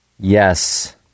Yes